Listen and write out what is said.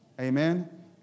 Amen